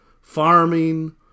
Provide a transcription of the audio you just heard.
farming